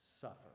suffer